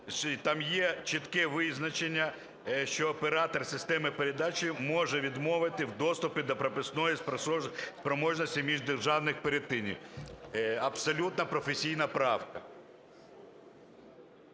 Там є чітке визначення, що оператор системи передачі може відмовити в доступі до пропускної спроможності міждержавних перетинів. Абсолютно професійна правка.